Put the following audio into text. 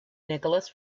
nicholas